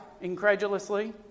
incredulously